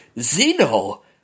Zeno